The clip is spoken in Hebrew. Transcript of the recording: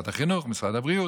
ממשרד החינוך וממשרד הבריאות.